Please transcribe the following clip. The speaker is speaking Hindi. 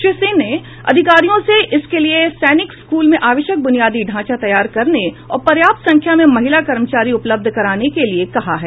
श्री सिंह ने अधिकारियों से इस के लिए सैनिक स्कूल में आवश्यक बुनियादी ढांचा तैयार करने और पर्याप्त संख्या में महिला कर्मचारी उपलब्ध कराने के लिए कहा है